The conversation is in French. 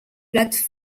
plate